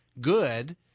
good